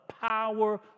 Power